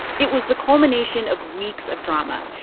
it was the culmination of weeks of drama.